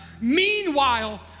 Meanwhile